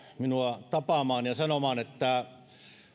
minua tapaamaan ja sanomaan että